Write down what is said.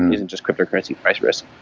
and isn't just cryptocurrency vice versa.